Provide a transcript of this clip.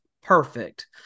perfect